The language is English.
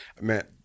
man